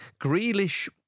grealish